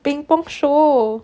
ping-pong show